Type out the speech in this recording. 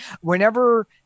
whenever